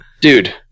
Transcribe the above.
Dude